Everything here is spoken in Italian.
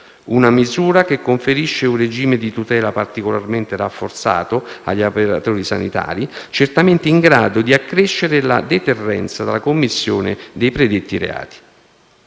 una misura che conferisce un regime di tutela particolarmente rafforzato agli operatori sanitari, certamente in grado di accrescere la deterrenza dalla commissione dei predetti reati.